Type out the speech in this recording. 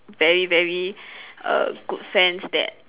very very err good friends that